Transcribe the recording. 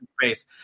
space